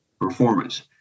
performance